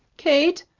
kate?